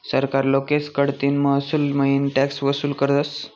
सरकार लोकेस कडतीन महसूलमईन टॅक्स वसूल करस